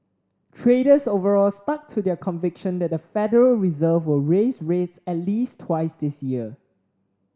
traders overall stuck to their conviction that the Federal Reserve will raise rates at least twice this year